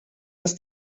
ist